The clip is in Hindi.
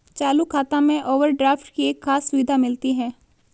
चालू खाता में ओवरड्राफ्ट की एक खास सुविधा मिलती है